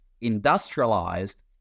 industrialized